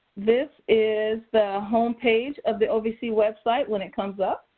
this is the homepage of the ovc website when it comes up.